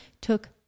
took